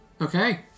Okay